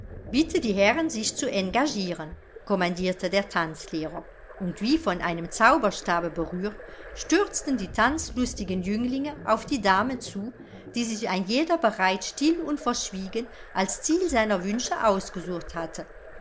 bitte die herren sich zu engagieren kommandierte der tanzlehrer und wie von einem zauberstabe berührt stürzten die tanzlustigen jünglinge auf die dame zu die sich ein jeder bereits still und verschwiegen als ziel seiner wünsche ausgesucht hatte